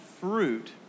fruit